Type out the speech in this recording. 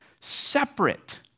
separate